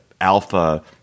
alpha